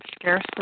scarcely